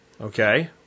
okay